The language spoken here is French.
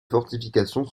fortifications